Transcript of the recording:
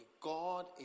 God